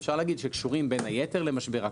אפשר להגיד שקשורים בין היתר למשבר הקורונה,